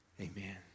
Amen